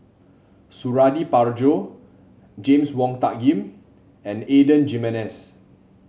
Suradi Parjo James Wong Tuck Yim and Adan Jimenez